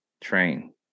train